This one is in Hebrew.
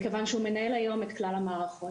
מכיוון שהוא מנהל היום את כלל המערכות.